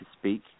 speak